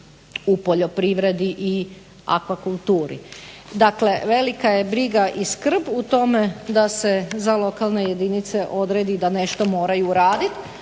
u poljoprivredi i aqua kulturi. Dakle, velika je briga i skrb u tome da se za lokalne jedinice odredi da nešto moraju radit,